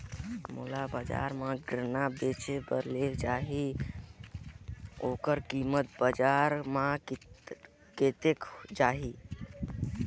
मोला बजार मां गन्ना बेचे बार ले जाना हे ओकर कीमत बजार मां कतेक जाही?